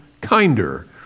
kinder